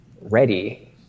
ready